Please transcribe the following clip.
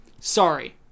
Sorry